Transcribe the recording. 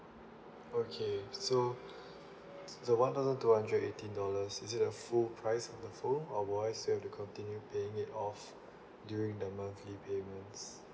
okay so the one thousand two hundred eighteen dollars is it a full price of the phone or whereas we have to continue paying it off during the monthly payments